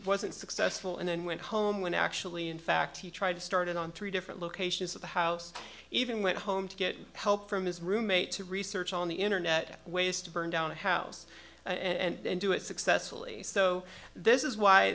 wasn't successful and then went home when actually in fact he tried to start it on three different locations of the house even went home to get help from his roommate to research on the internet ways to burn down the house and do it successfully so this is why